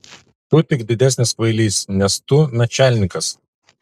tu tik didesnis kvailys nes tu načialnikas